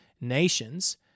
nations